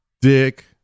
dick